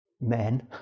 men